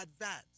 advance